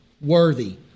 worthy